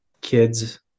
kids